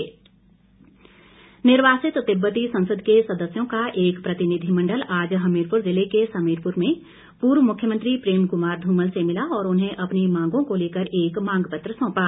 धुमल निर्वासित तिब्बती संसद के सदस्यों का एक प्रतिनिधिमंडल आज हमीरपुर जिले के समीरपुर में पूर्व मुख्यमंत्री प्रेम कुमार धूमल से मिला और उन्हें अपनी मांगों को लेकर एक मांग पत्र सौंपा